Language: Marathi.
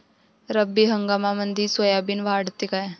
रब्बी हंगामामंदी सोयाबीन वाढते काय?